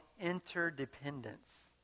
interdependence